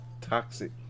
toxic